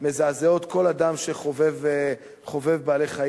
מזעזעות כל אדם שחובב בעלי-חיים.